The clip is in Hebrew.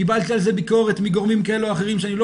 קיבלתי על זה ביקורת מגורמים כאלה או אחרים שאני לא